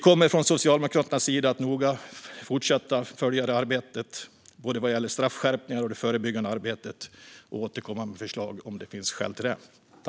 Från Socialdemokraternas sida kommer vi att fortsätta att följa detta noga, både vad gäller straffskärpningar och vad gäller det förebyggande arbetet, och återkomma med förslag om det finns skäl till det.